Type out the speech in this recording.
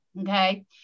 okay